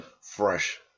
fresh